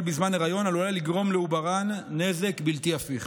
בזמן היריון עלולה לגרום לעוברן נזק בלתי הפיך.